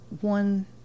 one